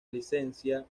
licencia